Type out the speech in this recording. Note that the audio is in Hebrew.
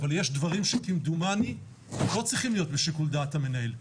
אבל יש דברים שכמדומני לא צריכים להיות לשיקול דעת המנהל.